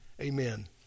Amen